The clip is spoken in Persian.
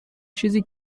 چیزی